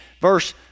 verse